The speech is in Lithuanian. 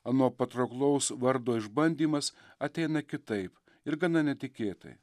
ano patrauklaus vardo išbandymas ateina kitaip ir gana netikėtai